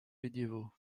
médiévaux